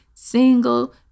Single